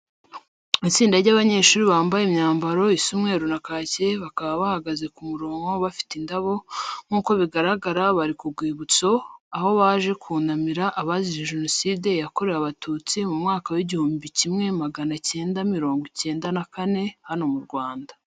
Ni itsinda ry'abanyeshuri bambaye imyambaro isa umweru na kake, bakaba bahagaza ku murongo bafite indabo. Nk'uko bigaragara bari ku rwibutso, aho baje kunamira abazize Jenoside yakorewe Abatutsi mu mwaka w'igihumbi kimwe magana cyenda miringo icyenda na kane hano mu Rwanda.